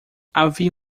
havia